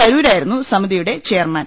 തരൂരായി രുന്നു സമിതിയുടെ ചെയർമാൻ